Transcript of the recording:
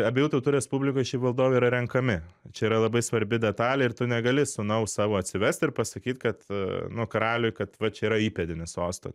abiejų tautų respublikoj šiaip valdovai yra renkami čia yra labai svarbi detalė ir tu negali sūnaus savo atsivest ir pasakyt kad nu karaliui kad va čia yra įpėdinis sosto